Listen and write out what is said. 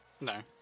No